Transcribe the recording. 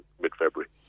mid-February